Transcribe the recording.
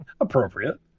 Appropriate